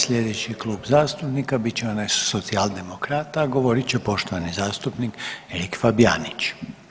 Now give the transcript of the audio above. Slijedeći klub zastupnika bit će onaj Socijaldemokrata, a govorit će poštovani zastupnik Erik Fabijanić.